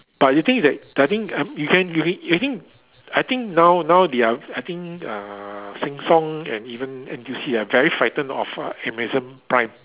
but you think is that I think you you think I think now now they are I think uh Sheng-Siong and even N_T_U_C are very frightened of uh Amazon prime